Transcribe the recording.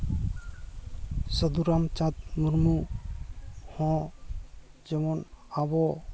ᱥᱟᱹᱫᱷᱩ ᱨᱟᱢᱪᱟᱸᱫᱽ ᱢᱩᱨᱢᱩ ᱦᱚᱸ ᱡᱮᱢᱚᱱ ᱟᱵᱚ